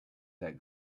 that